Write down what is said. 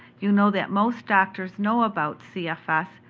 you know that most doctors know about cfs,